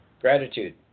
gratitude